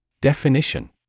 Definition